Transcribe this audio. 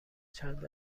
چند